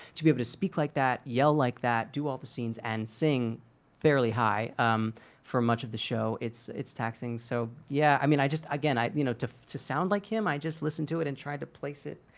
to be able to speak like that, yell like that, do all the scenes, and sing fairly high for much of the show, it's it's taxing. so yeah, i mean i just again i you know to to sound like him, i just listened to it and tried to place it.